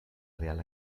real